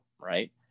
Right